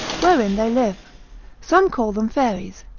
wherein they live some call them fairies,